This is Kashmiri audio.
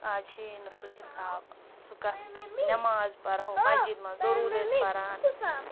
آز چھِ یی نہٕ سُہ حِساب سُہ کَتھ نٮ۪ماز پَرہو مسجِد منٛز دروٗد ٲسۍ پَران